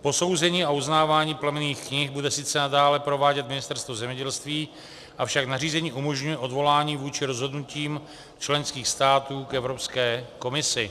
Posouzení a uznávání plemenných knih bude sice nadále provádět Ministerstvo zemědělství, avšak nařízení umožňuje odvolání vůči rozhodnutím členských států k Evropské komisi.